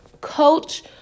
Coach